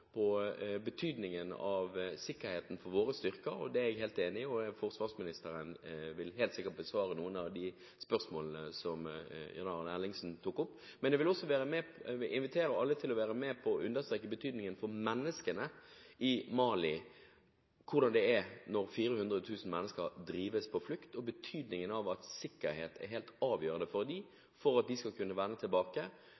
på betydningen av sikkerheten for våre styrker. Det er jeg helt enig i, og forsvarsministeren vil helt sikkert besvare noen av de spørsmålene som Jan Arild Ellingsen tok opp. Jeg vil også invitere alle til å være med på å understreke betydningen for menneskene i Mali – hvordan det er når 400 000 mennesker drives på flukt, og betydningen av at sikkerhet er helt avgjørende for at de